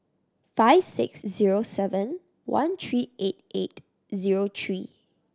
five six zero seven one three eight eight zero three